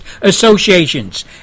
associations